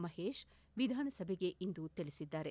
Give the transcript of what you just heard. ಮಹೇಶ್ ವಿಧಾನಸಭೆಗೆ ಇಂದು ತಿಳಿಸಿದ್ದಾರೆ